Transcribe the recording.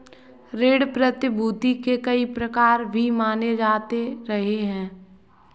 ऋण प्रतिभूती के कई प्रकार भी माने जाते रहे हैं